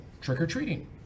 trick-or-treating